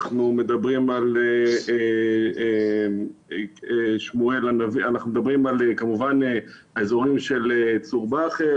אנחנו מדברים על האזורים של צור באחר,